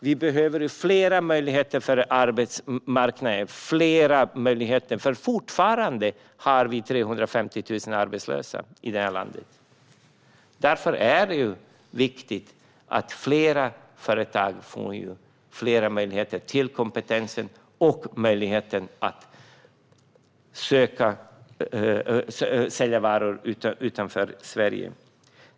Vi behöver fler möjligheter för arbetsmarknaden, för fortfarande har vi 350 000 arbetslösa i det här landet. Därför är det viktigt att fler företag får fler möjligheter till kompetens och möjlighet att sälja varor utanför Sverige.